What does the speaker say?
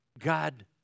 God